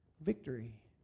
victory